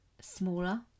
smaller